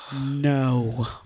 No